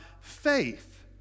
faith